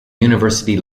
university